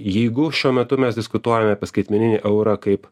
jeigu šiuo metu mes diskutuojam apie skaitmeninį eurą kaip